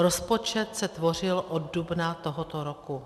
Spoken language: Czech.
Rozpočet se tvořil od dubna tohoto roku.